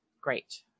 Great